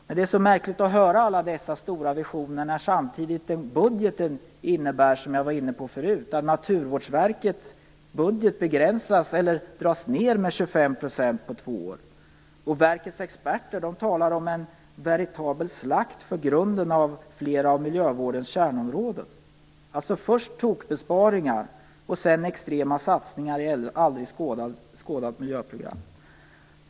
Men det är så märkligt att få höra alla dessa stora visioner när budgeten, som jag tidigare var inne på, innebär att Naturvårdsverkets budget minskas med 25 % i år. Verkets experter talar om en veritabel slakt av grunden för flera av miljövårdens kärnområden. Först görs alltså tokbesparingar och sedan extrema satsningar på aldrig skådade miljöprogram.